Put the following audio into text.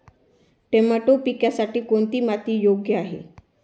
Tomato पिकासाठी कोणती माती योग्य आहे?